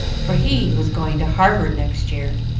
for he was going to harvard next year,